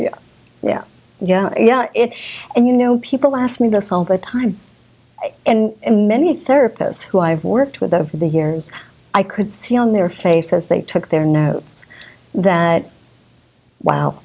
yeah yeah yeah yeah if and you know people ask me this all the time and many therapists who i've worked with out of the hearings i could see on their faces they took their navs that wow